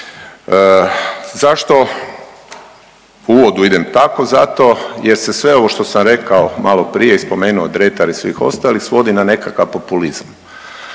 Zašto u uvodu idem tako? Zato jer se sve ovo što sam rekao maloprije, i spomenuo Dretar i svih ostalih, svodi na nekakav populizam.